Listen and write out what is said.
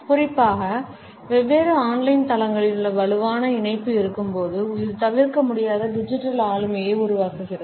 குறிப்பாக வெவ்வேறு online தளங்களின் வலுவான இணைப்பு இருக்கும்போது இது தவிர்க்க முடியாத டிஜிட்டல் ஆளுமையை உருவாக்குகிறது